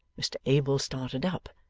mr abel started up,